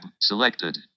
selected